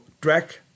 Drag